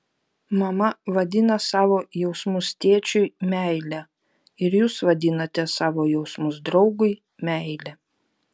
mama vadina savo jausmus tėčiui meile ir jūs vadinate savo jausmus draugui meile